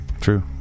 True